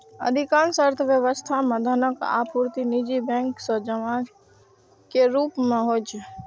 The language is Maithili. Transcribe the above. अधिकांश अर्थव्यवस्था मे धनक आपूर्ति निजी बैंक सं जमा के रूप मे होइ छै